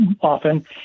often